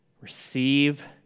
receive